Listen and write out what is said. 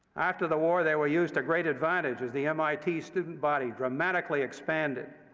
after the war, they were used to great advantage, as the mit student body dramatically expanded.